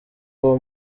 uwo